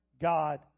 God